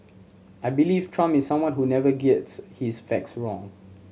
I believe Trump is someone who never gets his facts wrong